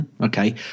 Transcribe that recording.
okay